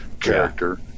character